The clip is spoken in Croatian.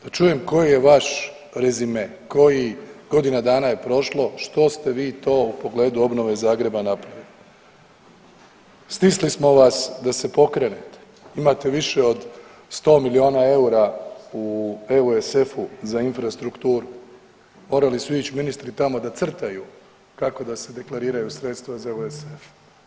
Da čujem koji je vaš rezime koji, godina dana je prošlo što ste vi to u pogledu obnove Zagreba napravili. stisli smo vas da se pokrenete, imate više od 100 milijuna eura u EUSF-u za infrastrukturu, morali su ić ministri tamo da crtaju kako da se deklariraju sredstva za EUSF.